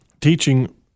teaching